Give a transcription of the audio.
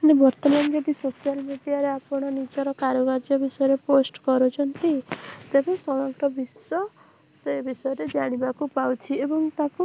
ହେଲେ ବର୍ତ୍ତମାନ ଯଦି ସୋସିଆଲ୍ ମିଡ଼ିଆରେ ଆପଣ ନିଜର କାରୁକାର୍ଯ୍ୟ ବିଷୟରେ ପୋଷ୍ଟ କରୁଛନ୍ତି ତେବେ ସମଗ୍ର ବିଶ୍ୱ ସେ ବିଷୟରେ ଜାଣିବାକୁ ପାଉଛି ଏବଂ ତାକୁ